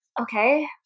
Okay